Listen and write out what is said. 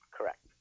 Correct